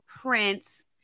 prince